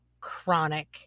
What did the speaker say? chronic